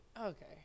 Okay